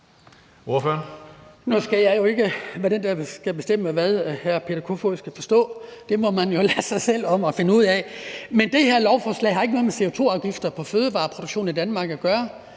den, der skal bestemme, hvad hr. Peter Kofod skal kunne forstå – det må man jo selv finde ud af. Men det her forslag har ikke noget med CO2-afgifter på fødevareproduktionen i Danmark at gøre,